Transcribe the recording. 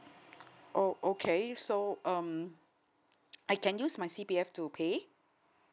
oh okay so um I can use my C_P_F to pay